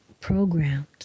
programmed